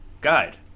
guide